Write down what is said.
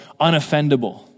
Unoffendable